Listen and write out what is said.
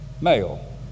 male